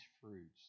fruits